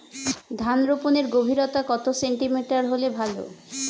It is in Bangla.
ধান রোপনের গভীরতা কত সেমি হলে ভালো?